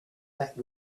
that